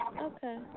Okay